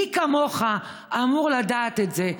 מי כמוך אמור לדעת את זה.